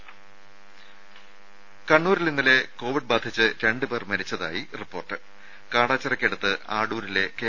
രുമ കണ്ണൂരിൽ ഇന്നലെ കോവിഡ് ബാധിച്ച് രണ്ട് പേർ മരിച്ചതായി റിപ്പോർട്ട് കാടാച്ചിറക്കടുത്ത് ആഡൂരിലെ കെ